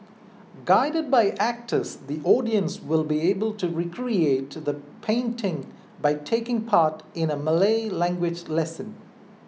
guided by actors the audience will be able to recreate the painting by taking part in a Malay language lesson